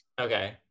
Okay